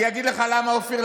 אני אגיד לך למה, אופיר.